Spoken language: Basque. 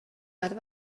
bat